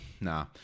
nah